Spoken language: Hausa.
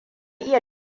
iya